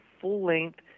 full-length